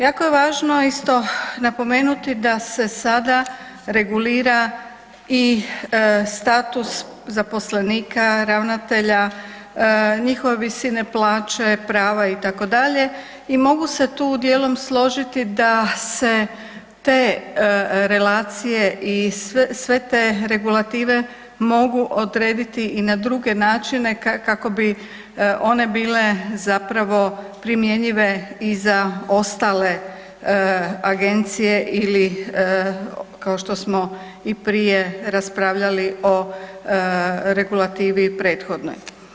Jako je važno isto napomenuti da se sada regulira i status zaposlenika, ravnatelja, njihove visine plaće, prava itd. i mogu se tu dijelom složiti da se te relacije i sve te regulative mogu odrediti i na druge načine kako bi one bile zapravo primjenjive i za ostale agencije ili kao što smo i prije raspravljali o regulativi i prethodnoj.